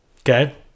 Okay